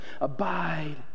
abide